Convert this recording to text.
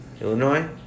Illinois